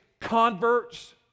converts